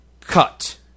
Cut